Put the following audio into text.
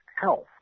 health